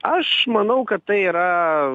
aš manau kad tai yra